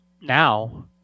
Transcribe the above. now